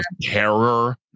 Terror